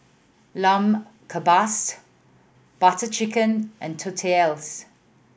Lamb Kebabs Butter Chicken and Tortillas